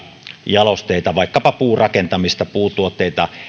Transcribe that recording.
jalosteita vaikkapa puurakentamista puutuotteita